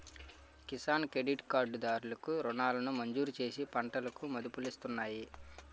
Kisan credit card దారులు కు రుణాలను మంజూరుచేసి పంటలకు మదుపులిస్తున్నాయి